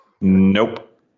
nope